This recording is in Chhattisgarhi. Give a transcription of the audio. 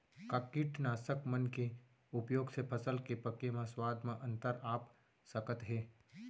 का कीटनाशक मन के उपयोग से फसल के पके म स्वाद म अंतर आप सकत हे?